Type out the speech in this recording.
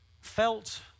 felt